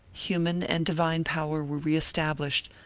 human and divine power were re-established,